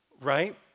Right